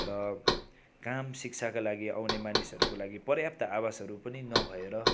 र काम शिक्षाका लागि आउने मानिसहरूको लागि पर्याप्त आवासहरू पनि नभएर